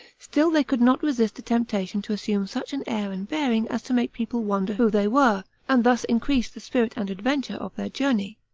still they could not resist the temptation to assume such an air and bearing as to make people wonder who they were, and thus increase the spirit and adventure of their journey.